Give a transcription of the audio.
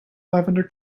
lavender